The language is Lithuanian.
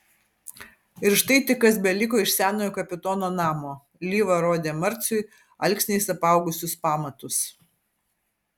ir štai tik kas beliko iš senojo kapitono namo lyva rodė marciui alksniais apaugusius pamatus